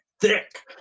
thick